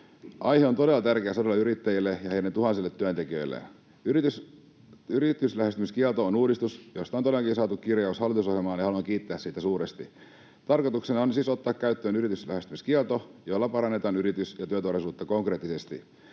Aihe on todella tärkeä sadoille yrittäjille ja heidän tuhansille työntekijöilleen. Yrityslähestymiskielto on uudistus, josta on todellakin saatu kirjaus hallitusohjelmaan, ja haluan kiittää siitä suuresti. Tarkoituksena on siis ottaa käyttöön yrityslähestymiskielto, jolla parannetaan yritys- ja työturvallisuutta konkreettisesti,